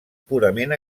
purament